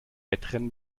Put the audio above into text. wettrennen